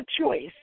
choice